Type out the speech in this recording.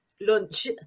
lunch